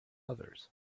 others